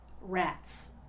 rats